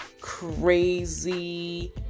crazy